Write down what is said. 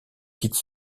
quitte